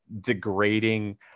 degrading